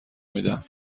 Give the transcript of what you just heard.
میدم